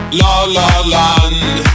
la-la-land